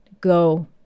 go